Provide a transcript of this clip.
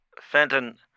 Fenton